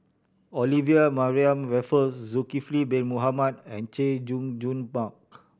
Olivia Mariamne Raffles Zulkifli Bin Mohamed and Chay Jung Jun Mark